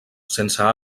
sense